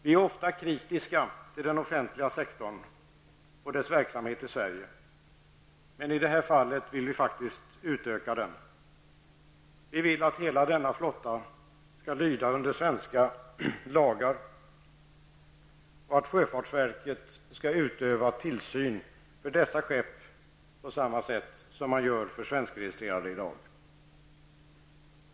Vi är ofta kritiska till den offentliga sektorns verksamhet i Sverige, men i det här fallet vill vi faktiskt utöka den. Vi vill att hela denna flotta skall lyda under svenska lagar och att sjöfartsverket skall utöva tillsyn över dessa skepp, på samma sätt som man gör för svenskregistrerade i dag.